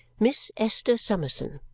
miss esther summerson